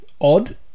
odd